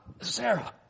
Sarah